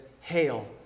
hail